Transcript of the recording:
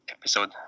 episode